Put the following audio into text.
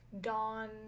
dawn